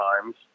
times